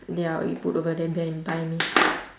ya or you put over there and then and buy me